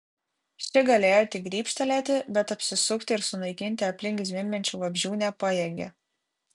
ši galėjo tik grybštelėti bet apsisukti ir sunaikinti aplink zvimbiančių vabzdžių nepajėgė